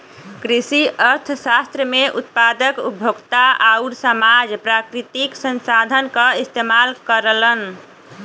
कृषि अर्थशास्त्र में उत्पादक, उपभोक्ता आउर समाज प्राकृतिक संसाधन क इस्तेमाल करलन